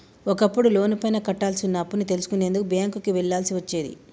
ఒకప్పుడు లోనుపైన కట్టాల్సి వున్న అప్పుని తెలుసుకునేందుకు బ్యేంకుకి వెళ్ళాల్సి వచ్చేది